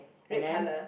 red colour